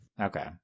Okay